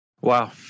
Wow